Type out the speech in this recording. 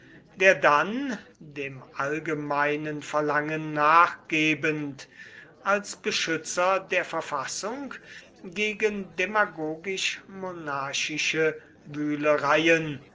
der dann dem allgemeinen verlangen nachgebend als beschützer der verfassung gegen demagogisch monarchische